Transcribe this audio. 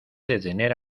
detener